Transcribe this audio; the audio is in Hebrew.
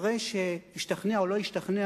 אחרי שהשתכנע או לא השתכנע,